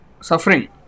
suffering